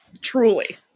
Truly